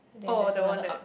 oh the one that